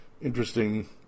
interesting